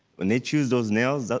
when they choose those nails,